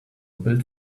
built